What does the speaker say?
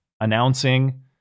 announcing